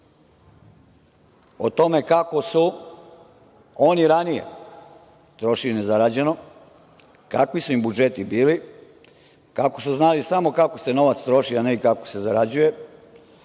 o tome kako su oni ranije trošili nezarađeno, kakvi su im budžeti bili, kako su znali kako se samo novac troši, a ne kako se zarađuje,